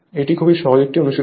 এটি খুব সহজ একটি অনুশীলন